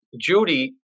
Judy